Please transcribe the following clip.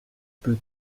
peut